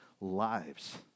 lives